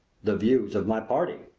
the views of my party,